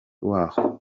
waho